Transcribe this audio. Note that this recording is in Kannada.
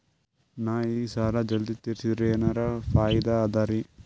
ನಾ ಈ ಸಾಲಾ ಜಲ್ದಿ ತಿರಸ್ದೆ ಅಂದ್ರ ಎನರ ಫಾಯಿದಾ ಅದರಿ?